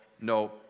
no